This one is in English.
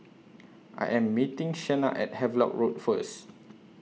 I Am meeting Shenna At Havelock Road First